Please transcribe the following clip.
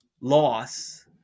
loss